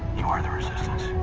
you are the resistance.